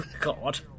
God